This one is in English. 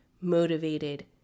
motivated